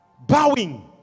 bowing